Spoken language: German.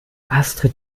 astrid